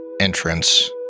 entrance